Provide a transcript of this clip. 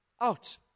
out